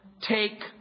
take